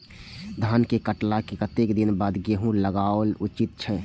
धान के काटला के कतेक दिन बाद गैहूं लागाओल उचित छे?